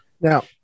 Now